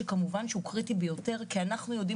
שכמובן שהוא קריטי ביותר כי אנחנו יודעים